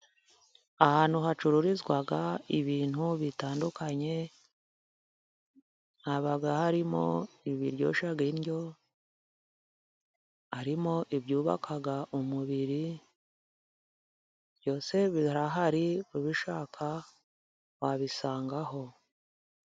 Ahantu hacururizwa ibintu bitandukanye ,haba harimo ibiryoshya indyo, harimo ibyubaka umubiri ,byose birahari ubishaka wabisangaho.